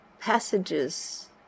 passages